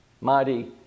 mighty